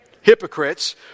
hypocrites